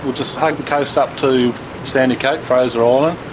just hug the coast up to sandy cape, fraser island,